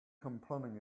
complaining